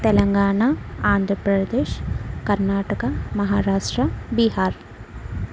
Telangana Andhra Pradesh Karnataka Maharashtra Bihar